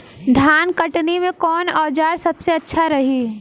धान कटनी मे कौन औज़ार सबसे अच्छा रही?